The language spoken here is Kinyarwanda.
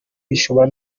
bishobora